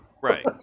Right